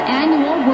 annual